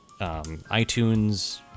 iTunes